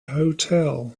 hotel